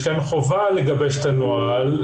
יש כאן חובה לגבש את הנוהל.